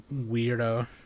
weirdo